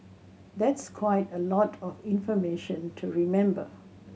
that's quite a lot of information to remember